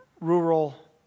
rural